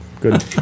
Good